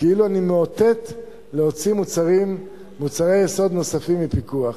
כאילו אני מאותת להוציא מוצרי יסוד נוספים מפיקוח,